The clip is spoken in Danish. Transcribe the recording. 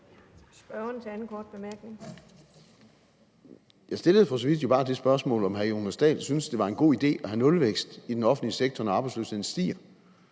Jeg stillede for så vidt bare det spørgsmål, om hr. Jonas Dahl synes, at det er en god idé at have nulvækst i den offentlige sektor, når arbejdsløsheden stiger.